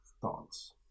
thoughts